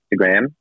Instagram